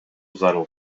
зарыл